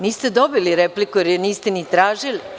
Niste dobili repliku, jer je niste ni tražili.